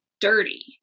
dirty